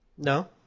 No